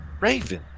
Raven